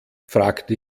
fragte